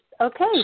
Okay